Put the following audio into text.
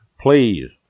Please